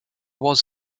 was